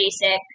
basic